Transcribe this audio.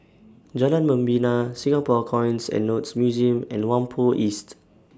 Jalan Membina Singapore Coins and Notes Museum and Whampoa East